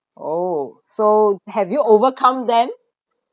oh so have you overcome them